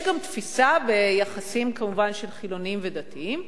יש גם תפיסה, ביחסים, כמובן, של חילונים ודתיים,